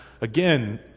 again